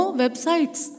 websites